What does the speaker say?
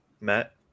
Matt